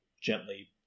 gently